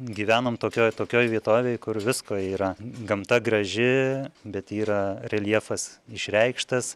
gyvenam tokioj atokioj vietovėj kur visko yra gamta graži bet yra reljefas išreikštas